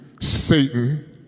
Satan